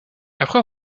après